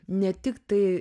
ne tiktai